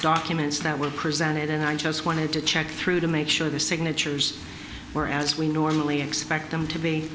documents that were presented and i just wanted to check through to make sure the signatures were as we normally expect them to be